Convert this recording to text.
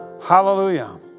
Hallelujah